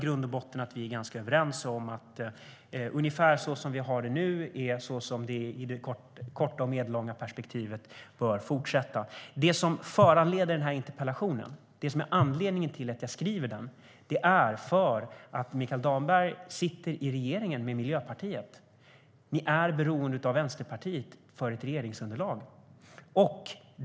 I grund och botten är vi överens om att ungefär så som det är nu är så som det i det korta och medellånga perspektivet bör fortsätta vara. Det som föranledde interpellationen, anledningen till att jag skrev den, är att Mikael Damberg sitter i regeringen med Miljöpartiet. Ni är beroende av Vänsterpartiet för ert regeringsunderlag.